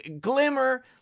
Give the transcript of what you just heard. glimmer